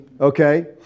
Okay